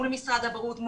משרד הבריאות,